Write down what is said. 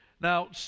Now